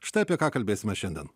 štai apie ką kalbėsime šiandien